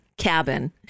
cabin